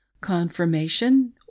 Confirmation